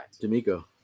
D'Amico